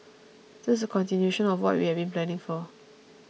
this is a continuation of what we had been planning for